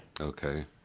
Okay